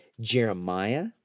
Jeremiah